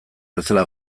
bezala